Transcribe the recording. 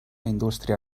indústria